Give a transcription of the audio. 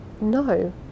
No